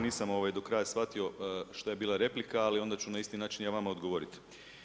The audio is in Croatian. Nisam do kraja shvatio šta je bila replika, ali onda ću ja vama na isti način ja vama odgovorit.